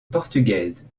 portugaise